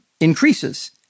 increases